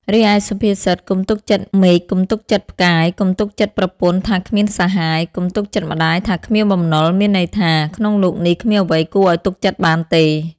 រីឯសុភាសិត កុំទុកចិត្តមេឃកុំទុកចិត្តផ្កាយ កុំទុកចិត្តប្រពន្ធថាគ្មានសាហាយ កុំទុកចិត្តម្ដាយថាគ្មានបំណុល មានន័យថា៖ ក្នុងលោកនេះគ្មានអ្វីគួរឲ្យទុកចិត្តបានទេ ។